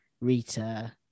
Rita